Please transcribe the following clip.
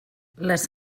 les